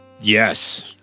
Yes